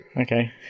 Okay